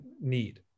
need